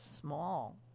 small